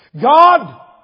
God